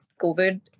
COVID